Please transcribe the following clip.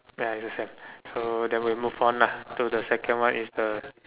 ya it's the same so then we move on lah to the second one is the